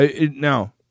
now –